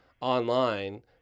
online